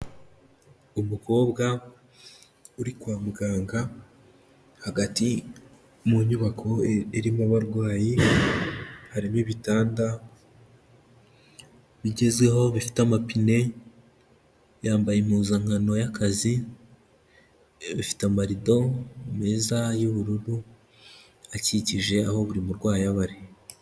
Umukobwa uri kwa muganga hagati mu nyubako irimo abarwayi, harimo ibitanda bigezweho bifite amapine yambaye impuzankano y'akazi ifite amarido meza y'ubururu akikije aho buri murwayi aba ari.